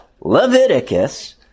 Leviticus